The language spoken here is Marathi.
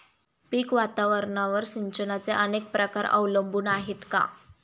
पीक वातावरणावर सिंचनाचे अनेक प्रकार अवलंबून आहेत का?